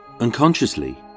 Unconsciously